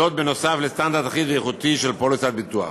זאת נוסף על סטנדרט אחיד ואיכותי של פוליסת ביטוח.